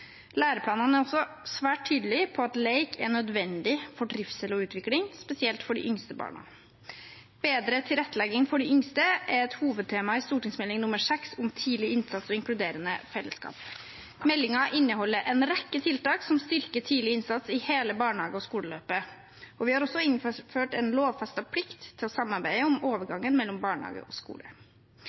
Læreplanene er også svært tydelige på at lek er nødvendig for trivsel og utvikling, spesielt for de yngste barna. Bedre tilrettelegging for de yngste er et hovedtema i Meld. St. 6 for 2019–2020, om tidlig innsats og inkluderende fellesskap. Meldingen inneholder en rekke tiltak som styrker tidlig innsats i hele barnehage- og skoleløpet. Vi har også innført en lovfestet plikt til å samarbeide om overgangen mellom barnehage og skole.